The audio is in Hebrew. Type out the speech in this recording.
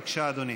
בבקשה, אדוני.